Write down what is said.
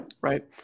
right